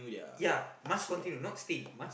ya must continue not still must